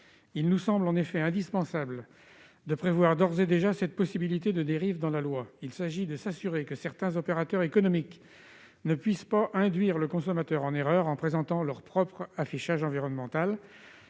Il nous semble en effet indispensable de prévoir, d'ores et déjà, cette possibilité de dérive dans la loi. Il s'agit de s'assurer que certains opérateurs économiques ne puissent pas induire le consommateur en erreur en présentant leur propre affichage environnemental,